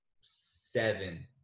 seven